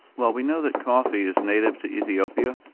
well we know that coffee is native to ethiopia,